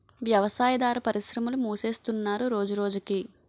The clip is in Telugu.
వ్యవసాయాదార పరిశ్రమలు మూసేస్తున్నరు రోజురోజకి